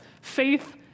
Faith